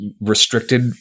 restricted